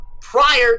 prior